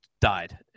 Died